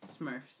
Smurfs